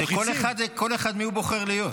כל אחד מי שהוא בוחר להיות.